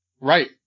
Right